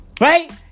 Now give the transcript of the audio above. right